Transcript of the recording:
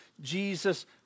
Jesus